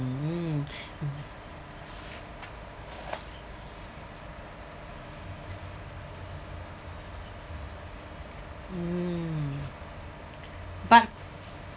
mm mm but